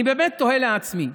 אני באמת תוהה לעצמי: